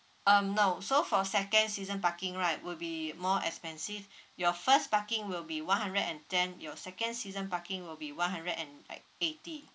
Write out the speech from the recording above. um no so for second season parking right will be more expensive your first parking will be one hundred and ten your second season parking will be one hundred and like eighty